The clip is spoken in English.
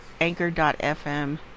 anchor.fm